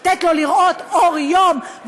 לתת לו לראות אור יום,